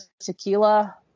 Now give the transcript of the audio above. tequila